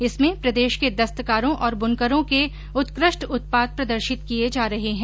इसमें प्रदेश के दस्तकारों और बुनकरों के उत्कृष्ट उत्पाद प्रदर्शित किए जा रहे हैं